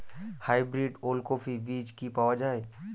Hybrid ওলকফি বীজ কি পাওয়া য়ায়?